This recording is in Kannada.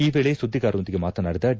ಈ ವೇಳೆ ಸುದ್ವಿಗಾರರೊಂದಿಗೆ ಮಾತನಾಡಿದ ಡಿ